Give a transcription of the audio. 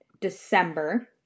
December